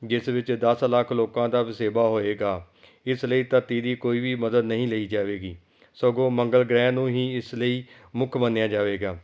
ਜਿਸ ਵਿੱਚ ਦਸ ਲੱਖ ਲੋਕਾਂ ਦਾ ਵਸੇਬਾ ਹੋਏਗਾ ਇਸ ਲਈ ਧਰਤੀ ਦੀ ਕੋਈ ਵੀ ਮਦਦ ਨਹੀਂ ਲਈ ਜਾਵੇਗੀ ਸਗੋਂ ਮੰਗਲ ਗ੍ਰਹਿ ਨੂੰ ਹੀ ਇਸ ਲਈ ਮੁੱਖ ਮੰਨਿਆ ਜਾਵੇਗਾ